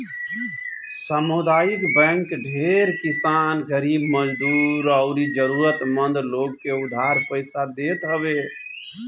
सामुदायिक बैंक ढेर किसान, गरीब मजदूर अउरी जरुरत मंद लोग के उधार पईसा देत हवे